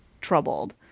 troubled